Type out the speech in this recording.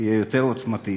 יהיה יותר עוצמתי.